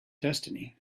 destiny